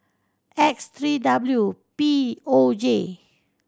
X three W P O J